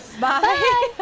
Bye